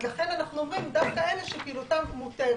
אז לכן אנחנו אומרים גם כאלה שפעילותם מותרת.